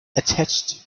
attached